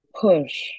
push